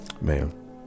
man